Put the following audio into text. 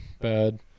bad